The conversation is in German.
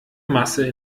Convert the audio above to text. masse